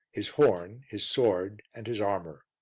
his horn, his sword and his armour.